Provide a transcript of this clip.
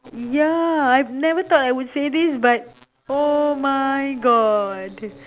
ya I have never thought I would say this but oh my god